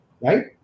right